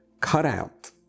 cutout